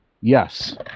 Yes